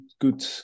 good